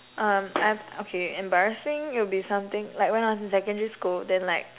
um okay embarrassing it would be something like when I was in secondary school then like